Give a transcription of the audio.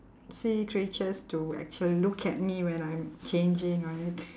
sea creatures to actual~ look at me when I'm changing or anything